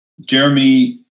Jeremy